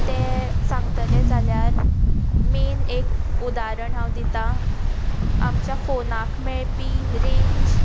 तें सांगतले जाल्यार मेन एक उदाहरण हांव दितां आमच्या फॉनांक मेळपी रेंज